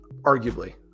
arguably